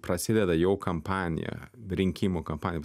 prasideda jau kampanija rinkimų kampanija